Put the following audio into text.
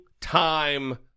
time